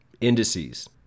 indices